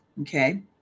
Okay